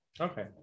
Okay